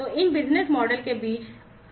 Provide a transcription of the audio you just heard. इन business model के बीच अंतर निर्भरता है